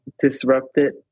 disrupted